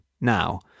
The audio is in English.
now